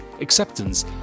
Acceptance